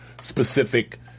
specific